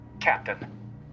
captain